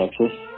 Texas